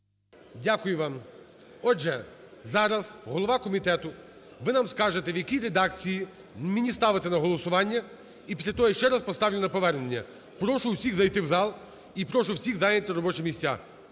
Дякую вам. Отже, зараз голова комітету, ви нам скажете, в якій редакції мені ставити на голосування. І після того я ще раз поставлю на повернення. Прошу всіх зайти в зал і прошу всіх зайняти робочі місця.